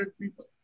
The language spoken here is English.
people